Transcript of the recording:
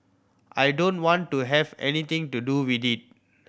I don't want to have anything to do with it